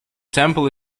temple